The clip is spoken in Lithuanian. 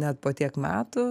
net po tiek metų